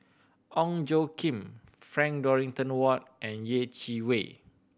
Ong Tjoe Kim Frank Dorrington Ward and Yeh Chi Wei